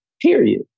period